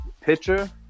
Pitcher